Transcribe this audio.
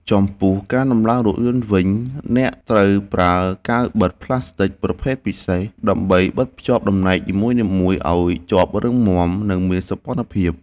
ចំពោះការដំឡើងរថយន្តវិញអ្នកត្រូវប្រើកាវបិទផ្លាស្ទិចប្រភេទពិសេស ដើម្បីបិទភ្ជាប់បំណែកនីមួយៗឱ្យជាប់រឹងមាំ និងមានសោភ័ណភាព។